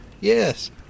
Yes